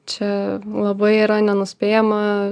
čia labai yra nenuspėjama